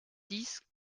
dix